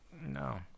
no